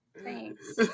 Thanks